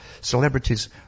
celebrities